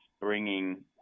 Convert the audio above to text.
bringing